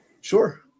Sure